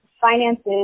finances